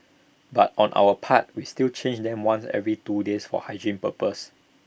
but on our part we still change them once every two days for hygiene purposes